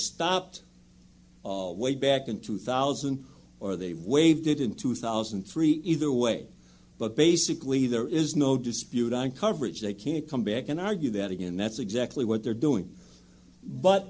stopped way back in two thousand or they waived it in two thousand and three either way but basically there is no dispute on coverage they can come back and argue that again that's exactly what they're doing but